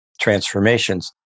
transformations